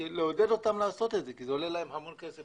לעודד אותם לעשות את זה כי זה עולה להם המון כסף,